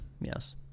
Yes